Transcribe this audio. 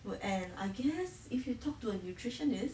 well and I guess if you talk to a nutritionist